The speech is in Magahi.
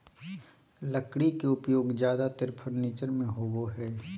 लकड़ी के उपयोग ज्यादेतर फर्नीचर में होबो हइ